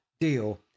deal